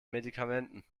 medikamenten